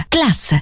Class